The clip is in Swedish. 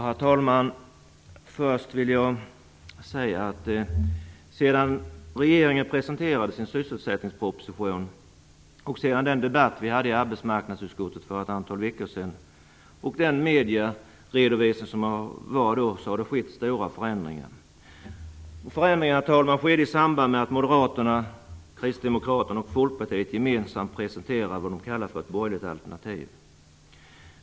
Herr talman! Först vill jag säga att sedan regeringen presenterade sin sysselsättningsproposition, och sedan den debatt vi hade i arbetsmarknadsutskottet för ett antal veckor sedan och den medieredovisning som har varit, har det skett stora förändringar. Förändringarna, herr talman, skedde i samband med att Moderaterna, kristdemokraterna och Folkpartiet gemensamt presenterade vad de kallade för ett borgerligt alternativ.